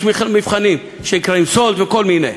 יש מבחנים של מכון סאלד וכל מיני.